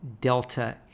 Delta